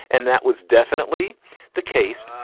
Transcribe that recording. and that was definitely the case